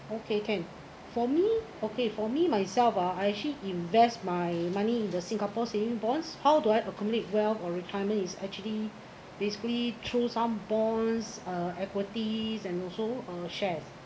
okay can for me okay for me myself ah I actually invest my money in the singapore saving bonds how do I accumulate wealth or retirement is actually basically through some bonds uh equities and also uh shares